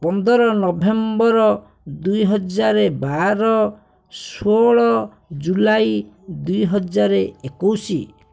ପନ୍ଦର ନଭେମ୍ବର ଦୁଇହଜାର ବାର ଷୋହଳ ଜୁଲାଇ ଦୁଇହଜର ଏକୋଇଶ